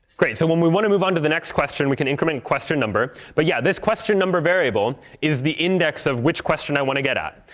great. so when we want to move on to the next question, we can increment question number. but yeah, this question number variable is the index of which question i want to get at.